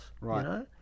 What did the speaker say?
Right